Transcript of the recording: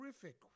terrific